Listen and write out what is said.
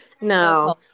No